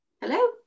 hello